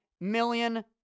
million